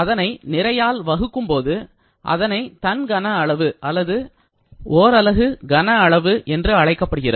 அதனை நிறையால் வகுக்கும்போது அதனை தன் கன அளவு அல்லது அலகு கன அளவு என்று அழைக்கப்படுகிறது